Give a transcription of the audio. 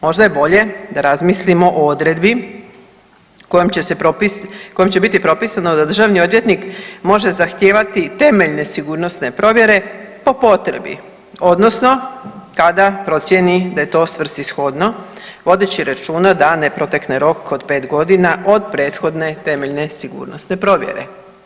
Možda je bolje da razmislimo o odredbi kojom će biti propisano da državni odvjetnik može zahtijevati temeljne sigurnosne provjere po potrebi odnosno kada procijeni da je to svrsishodno vodeći računa da ne protekne rok od 5 godina od prethodne temeljne sigurnosne provjere.